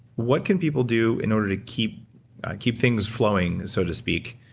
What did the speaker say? what can people do in order to keep keep things flowing, so to speak,